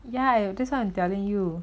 ya that's what I'm telling you